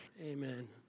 Amen